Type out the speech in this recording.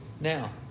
Now